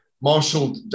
Marshall